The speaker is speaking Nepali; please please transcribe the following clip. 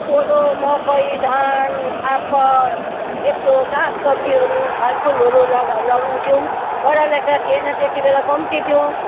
कोदो मकै धान फापर यस्तो साग सब्जीहरू फलफुलहरू लगा लगाउँथ्यौँ पढालेखा थिएन त्यति बेला कम्ती थियो